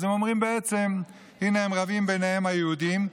אז הם אומרים בעצם, הינה הם רבים ביניהם, היהודים.